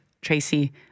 Tracy